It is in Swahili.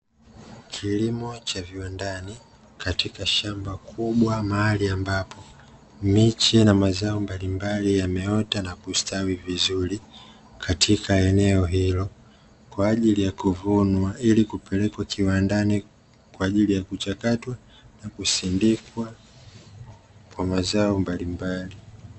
Kilimo cha viwandani katika shamba kubwa mahali ambapo miche na mazao mbalimbali yameota na kustawi vizuri katika eneo hilo, kwa ajili ya kuvunwa ili kupelekwa kiwandani kwa ajili ya kuchakatwa na kusindikwa kwa mazao mbalimbali.